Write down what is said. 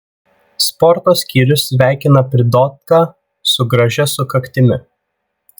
sporto skyrius sveikina pridotką su gražia sukaktimi